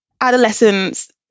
adolescents